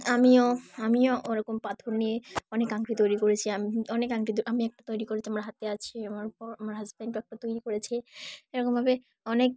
আমিও আমিও ওরকম পাথর নিয়ে অনেক আংটি তৈরি করেছি আমি অনেক আংটি আমি একটা তৈরি করেছি আমার হাতে আছে আমার বর আমার হাজব্যান্ডও একটা তৈরি করেছে এরকমভাবে অনেক